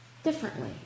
Differently